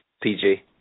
PG